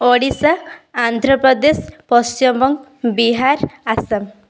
Odisha Andhra Pradesh Paschim Banga Bihar Assam